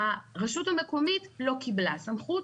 הרשות המקומית לא קיבלה סמכות,